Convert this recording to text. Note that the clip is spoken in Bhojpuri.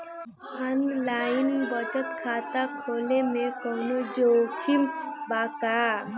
आनलाइन बचत खाता खोले में कवनो जोखिम बा का?